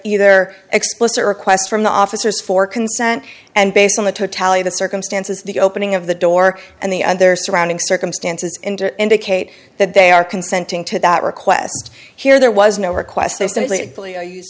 either explicit request from the officers for consent and based on the totality the circumstances the opening of the door and the other surrounding circumstances indicate that they are consenting to that request here there was no